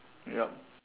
yup